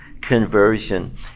conversion